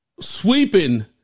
sweeping